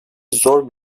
zor